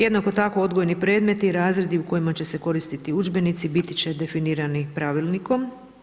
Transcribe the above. Jednako tak, odgojni predmeti, razredi u kojima će se koristiti udžbenici biti će definirani pravilnikom.